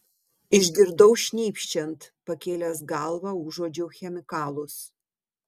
išgirdau šnypščiant pakėlęs galvą užuodžiau chemikalus